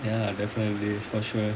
ya definitely for sure